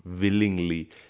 willingly